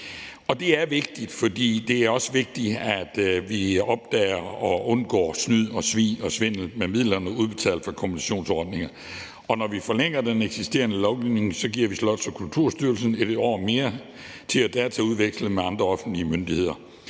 Og det er vigtigt, for det er også vigtigt, at vi opdager og undgår snyd og svig og svindel med midler udbetalt fra kompensationsordningerne. Når vi forlænger den eksisterende lovgivning, giver vi Slots- og Kulturstyrelsen et år mere til at dataudveksle med andre offentlige myndigheder.